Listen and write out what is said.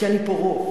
כי אני פה רוב.